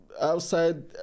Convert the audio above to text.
outside